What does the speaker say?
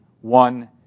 one